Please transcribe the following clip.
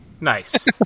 Nice